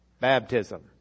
baptism